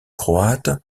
croates